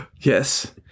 yes